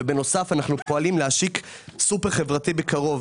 ובנוסף, אנחנו פועלים להשיק סופר חברתי בקרוב.